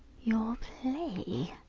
your play!